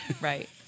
Right